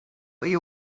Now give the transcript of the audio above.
you